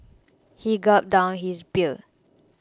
he gulped down his beer